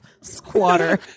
squatter